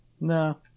No